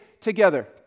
together